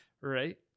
Right